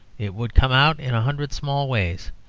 it would come out in a hundred small ways.